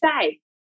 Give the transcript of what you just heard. say